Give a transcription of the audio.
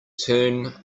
turn